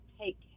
take